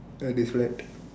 that is light